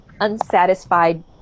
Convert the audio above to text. unsatisfied